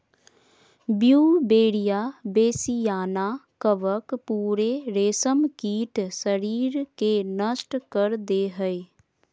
Beauveria bassiana कवक पूरे रेशमकीट शरीर के नष्ट कर दे हइ